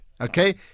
Okay